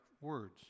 words